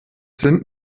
sind